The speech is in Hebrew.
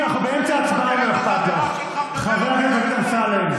אינה נוכחת ווליד טאהא,